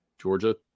Georgia